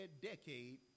decade